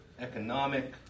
economic